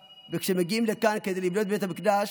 וכשהם מגיעים לכאן כדי לבנות בית המקדש,